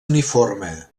uniforme